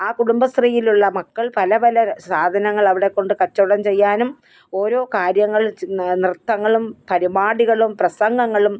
ആ കുടുംബശ്രീയിലുള്ള മക്കൾ പല പല സാധനങ്ങൾ അവിടെക്കൊണ്ട് കച്ചവടം ചെയ്യാനും ഓരോ കാര്യങ്ങൾ നൃ നൃത്തങ്ങളും പരിപാടികളും പ്രസംഗങ്ങളും